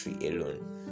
alone